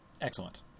Excellent